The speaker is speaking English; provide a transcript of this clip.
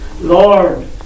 Lord